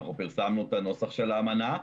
אנחנו פרסמנו את הנוסח של האמנה.